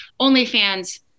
OnlyFans